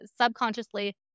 subconsciously